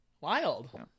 wild